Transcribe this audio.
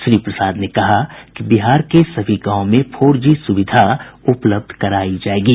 श्री प्रसाद ने कहा कि बिहार के सभी गांवों में फोर जी सुविधा उपलब्ध कराई जाएंगी